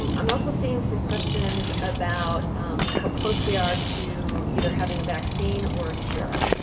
um i'm also seeing some questions about how close we are to either having a vaccine or a cure.